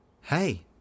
Hey